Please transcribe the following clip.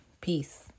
Peace